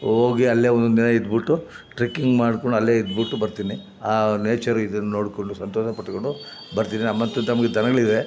ಹೋಗಿ ಅಲ್ಲೇ ಒನ್ನೊಂದು ದಿನ ಇದ್ದುಬಿಟ್ಟು ಟ್ರೆಕ್ಕಿಂಗ್ ಮಾಡ್ಕೊಂಡು ಅಲ್ಲೇ ಇದ್ದುಬಿಟ್ಟು ಬರ್ತೀನಿ ಆ ನೇಚರ್ ಇದನ್ನು ನೋಡಿಕೊಂಡು ಸಂತೋಷ ಪಟ್ಕೊಂಡು ಬರ್ತೀನಿ ಮತ್ತು ನಮಗೆ ದನಗಳಿವೆ